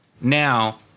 Now